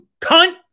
cunt